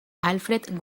alfred